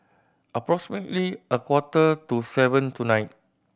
approximately a quarter to seven tonight